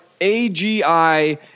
AGI